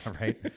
right